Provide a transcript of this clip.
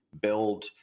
build